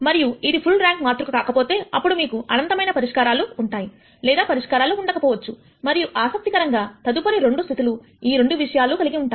మరియు ఇది full rank మాతృక కాకపోతే అప్పుడు మీ కు అనంతమైన పరిష్కారా లు ఉంటాయి లేదా పరిష్కారాలు ఉండకపోవచ్చు మరియు ఆసక్తికరంగా తదుపరి 2 స్థితులు ఈ రెండు విషయాలు కలిగి ఉంటాయి